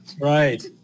Right